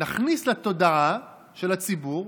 נכניס לתודעה של הציבור,